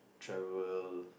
travel